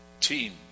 team